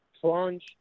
plunge